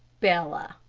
bella,